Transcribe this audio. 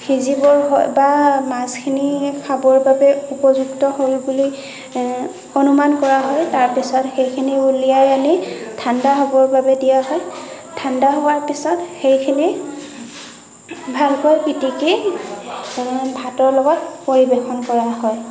সিজিব বা মাছখিনি খাবৰ বাবে উপযুক্ত হ'ল বুলি অনুমান কৰা হয় তেতিয়া তাৰ পিছত সেইখিনি উলিয়াই আনি ঠাণ্ডা হ'বৰ বাবে দিয়া হয় ঠাণ্ডা হোৱাৰ পিছত সেইখিনি ভালকৈ পিটিকি ভাতৰ লগত পৰিবেশন কৰা হয়